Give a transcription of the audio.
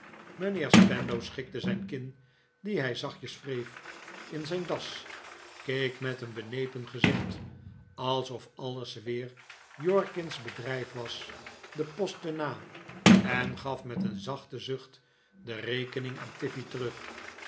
mijnheer spenlow schikte zijn kin die hij zachtjes wreef in zijn das keek met een benepen gezicht alsof alles weer jorkin's bedrijf was de posten na en gaf met een zachten zucht de rekening aan tiffey terug